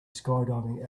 skydiving